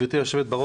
גבירתי היו"ר,